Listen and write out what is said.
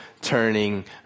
turning